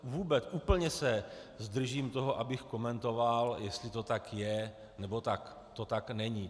Vůbec úplně se zdržím toho, abych komentoval, jestli to tak je, nebo to tak není.